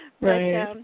Right